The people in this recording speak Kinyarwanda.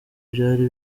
byari